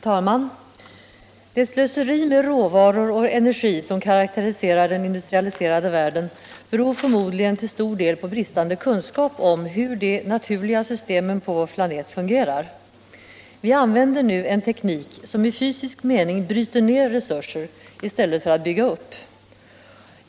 Fru talman! Det slöseri med råvaror och energi som karakteriserar den industrialiserade världen beror förmodligen till stor del på bristande kunskap om hur de naturliga systemen på vår planet fungerar. Vi använder nu en teknik som i fysisk mening bryter ned resurser i stället för att bygga upp.